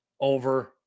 over